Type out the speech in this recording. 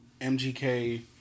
MGK